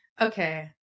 Okay